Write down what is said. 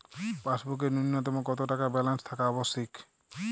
পাসবুকে ন্যুনতম কত টাকা ব্যালেন্স থাকা আবশ্যিক?